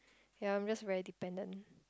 ya I'm just very dependent